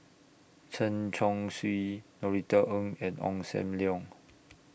Chen Chong Swee Norothy Ng and Ong SAM Leong